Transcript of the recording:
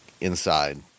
inside